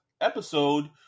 episode